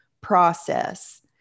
process